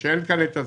שאין כאן הסמכה.